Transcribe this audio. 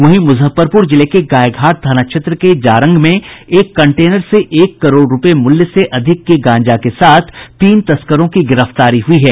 वहीं मुजफ्फरपुर जिले के गायघाट थाना क्षेत्र के जारंग में एक कंटेनर से एक करोड़ रूपये मूल्य से अधिक के गांजा के साथ तीन तस्करों की गिरफ्तारी हुई है